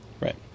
Right